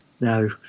no